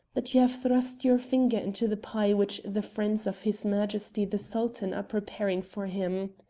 that you have thrust your finger into the pie which the friends of his majesty the sultan are preparing for him.